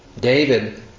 David